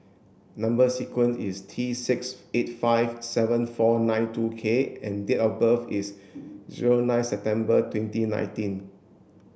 number sequence is T six eight five seven four nine two K and date of birth is zero nine September twenty nineteen